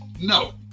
no